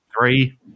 three